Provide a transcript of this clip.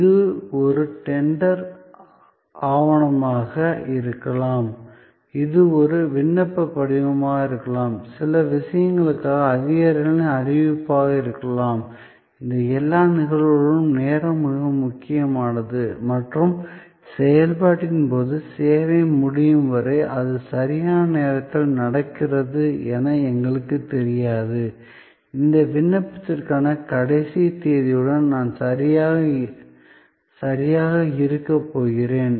இது ஒரு டெண்டர் ஆவணமாக இருக்கலாம் இது ஒரு விண்ணப்ப படிவமாக இருக்கலாம் சில விஷயங்களுக்காக அதிகாரிகளிடம் அறிவிப்பாக இருக்கலாம் இந்த எல்லா நிகழ்வுகளிலும் நேரம் மிக முக்கியமானது மற்றும் செயல்பாட்டின் போது சேவை முடியும் வரை அது சரியான நேரத்தில் நடக்கிறது என எங்களுக்குத் தெரியாது இந்த விண்ணப்பத்திற்கான கடைசி தேதியுடன் நான் சரியாக இருக்கப் போகிறேன்